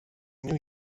new